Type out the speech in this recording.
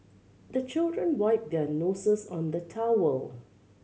the children wipe their noses on the towel